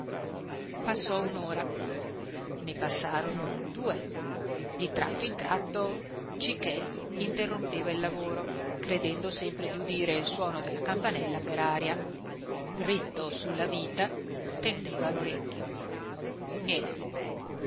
zappare passò un'ora ne passarono due di tratto in tratto cichè interrompeva il lavoro credendo sempre di udire il suono della campanella per aria ritto sulla vita tendeva l'orecchio niente